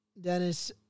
Dennis